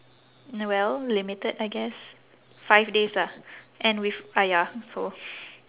well limited I guess five days ah and with ayah so